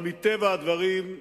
אבל, מטבע הדברים,